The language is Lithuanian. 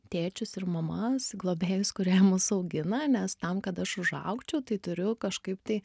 tėčius ir mamas globėjus kurie mus augina nes tam kad aš užaugčiau tai turiu kažkaip tai